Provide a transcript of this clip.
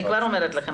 אני כבר אומרת לכם,